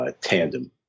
Tandem